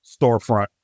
storefront